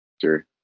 Sure